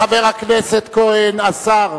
חבר הכנסת כהן, השר,